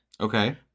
Okay